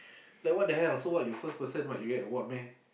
like what the hell so what you first person what you get award meh